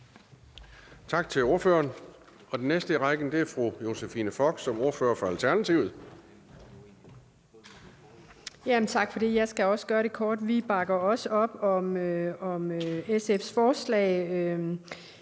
Tak til ordføreren. Den næste i rækken er fru Josephine Fock som ordfører for Alternativet. Kl. 18:22 (Ordfører) Josephine Fock (ALT): Tak for det. Jeg skal også gøre det kort. Vi bakker også op om SF's forslag.